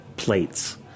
plates